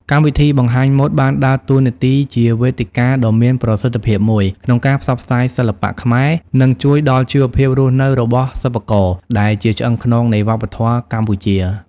កម្មវិធីបង្ហាញម៉ូដបានដើរតួនាទីជាវេទិកាដ៏មានប្រសិទ្ធភាពមួយក្នុងការផ្សព្វផ្សាយសិល្បៈខ្មែរ និងជួយដល់ជីវភាពរស់នៅរបស់សិប្បករ ដែលជាឆ្អឹងខ្នងនៃវប្បធម៌កម្ពុជា។